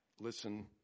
listen